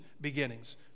beginnings